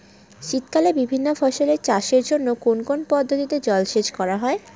শীতকালে বিভিন্ন ফসলের চাষের জন্য কোন কোন পদ্ধতিতে জলসেচ করা হয়?